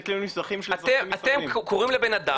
אתם קוראים לבן אדם,